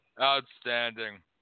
Outstanding